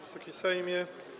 Wysoki Sejmie!